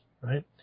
Right